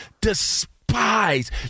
despise